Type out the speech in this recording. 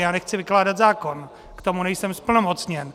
Já nechci vykládat zákon, k tomu nejsem zplnomocněn.